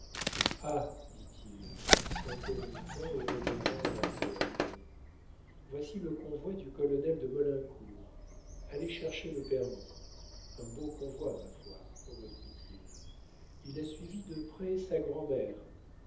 ah dit-il en s'interrompant et regardant à la porte voici le convoi du colonel de maulincour allez chercher le permis un beau convoi ma foi reprit-il il a suivi de près sa grand'mère